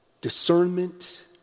discernment